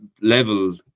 level